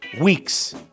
weeks